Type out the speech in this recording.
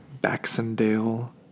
baxendale